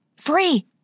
Free